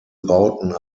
bauten